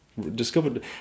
discovered